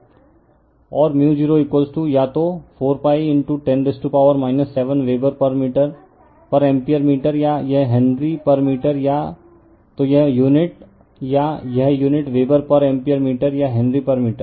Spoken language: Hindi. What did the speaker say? रिफर स्लाइड टाइम 0627 और μ 0 या तो 4 π 10 7 वेबर पर एम्पीयर मीटर या यह हेनरी पर मीटर या तो यह यूनिट या यह unit weber per ampere metre या हेनरी पर मीटर